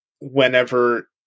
whenever